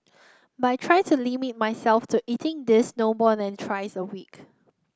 but I try to limit myself to eating these no more than thrice a week